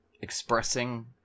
expressing